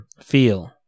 Feel